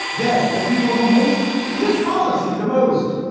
they the people who hate his policy the most.